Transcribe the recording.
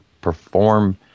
perform